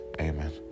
Amen